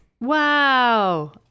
wow